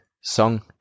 song